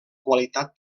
qualitat